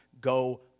go